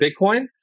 bitcoin